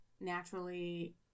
naturally